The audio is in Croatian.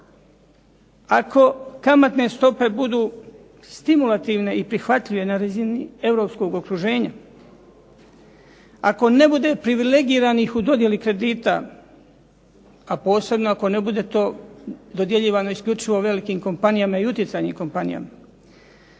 Ako kamatne stope budu stimulativne i prihvatljive na razini europskog okruženja, ako ne bude privilegiranih u dodjeli kredita, a posebno ako ne bude to dodjeljivano isključivo velikim kompanijama i utjecajnim kompanijama.